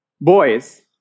boys